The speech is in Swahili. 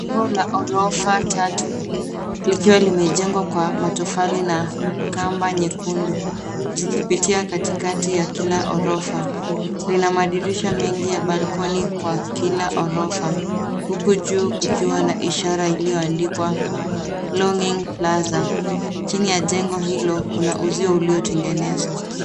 Jengo la ghorofa tatu likiwa limejengwa kwa matofali na kamba nyekundu zinapitia katikati ya kila ghorofa. Lina madirisha mengi ya balkoni kwa kila ghorofa, huku juu kukiwa na ishara iliyoandikwa Longing Plaza. Chini ya jengo hilo kuna uzio uliotengenezwa.